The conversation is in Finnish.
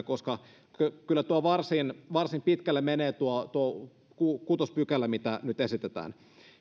koska kyllä kyllä tuo varsin varsin pitkälle menee tuo tuo kuutospykälä mitä nyt esitetään